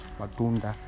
matunda